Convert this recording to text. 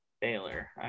Baylor